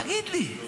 תגיד לי,